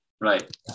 Right